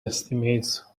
estimates